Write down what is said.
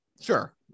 Sure